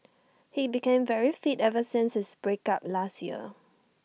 he became very fit ever since his break up last year